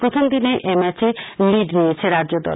প্রথম দিনেই এম্যাচে লিড নিয়েছে রাজ্যদল